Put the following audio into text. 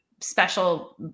special